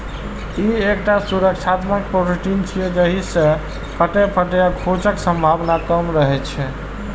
ई एकटा सुरक्षात्मक प्रोटीन छियै, जाहि सं कटै, फटै आ खोंचक संभावना कम रहै छै